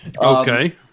Okay